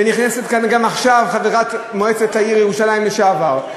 ונכנסת לכאן גם עכשיו חברת מועצת העיר ירושלים לשעבר,